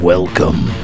Welcome